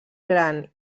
gran